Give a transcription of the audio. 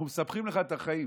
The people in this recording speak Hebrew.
אנחנו מסבכים לך את החיים,